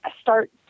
start